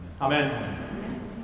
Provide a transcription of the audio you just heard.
Amen